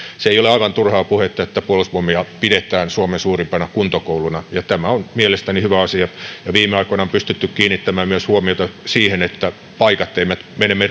se ei ole aivan turhaa puhetta että puolustusvoimia pidetään suomen suurimpana kuntokouluna tämä on mielestäni hyvä asia viime aikoina on pystytty kiinnittämään huomiota myös siihen että paikat eivät mene